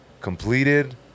completed